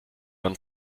man